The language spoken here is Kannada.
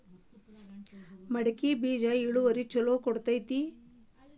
ಮಡಕಿ ಬೇಜ ಇಳುವರಿ ಛಲೋ ಕೊಡ್ತೆತಿ?